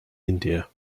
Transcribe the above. india